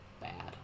bad